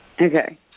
Okay